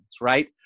right